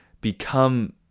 become